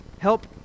Help